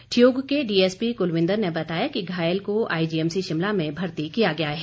ठियोग के डीएसपी कुलबिंद्र ने बताया कि घायल को आईजीएमसी शिमला में भर्ती किया गया है